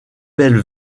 belle